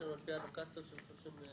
שלנו על פי אבדוקציות של 30 מכונות,